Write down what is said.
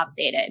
updated